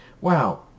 Wow